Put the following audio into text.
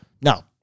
No